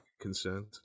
concerned